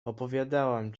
opowiadałam